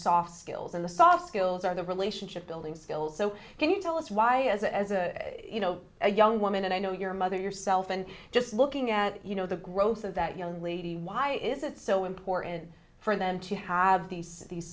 soft skills and the soft skills are the relationship building skills so can you tell us why as a as a you know a young woman and i know your mother yourself and just looking at you know the growth of that young lady why is it so important for them to have these these